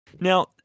Now